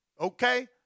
Okay